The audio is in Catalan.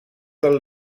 del